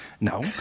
no